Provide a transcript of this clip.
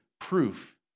proof